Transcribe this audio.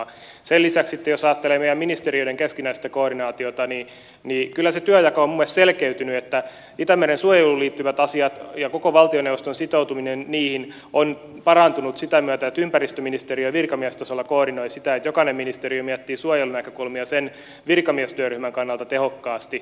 sen lisäksi jos sitten ajattelee meidän ministeriöidemme keskinäistä koordinaatiota niin kyllä se työnjako on minun mielestäni selkeytynyt niin että itämeren suojeluun liittyvät asiat ja koko valtioneuvoston sitoutuminen niihin on parantunut sitä myöten että ympäristöministeriö virkamiestasolla koordinoi sitä että jokainen ministeriö miettii suojelunäkökulmia sen virkamiestyöryhmän kannalta tehokkaasti